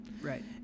Right